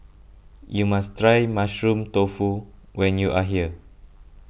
you must try Mushroom Tofu when you are here